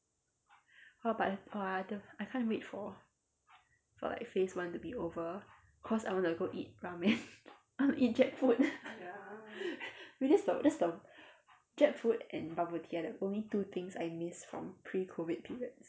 !wah! but !wah! the I can't wait for for like phase one to be over cause I want to go eat ramen I want to eat jap food that's the that's the jap food and bubble tea are the only two things I miss from pre-COVID period